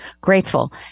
grateful